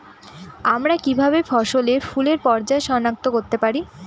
আমরা কিভাবে ফসলে ফুলের পর্যায় সনাক্ত করতে পারি?